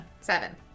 seven